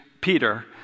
Peter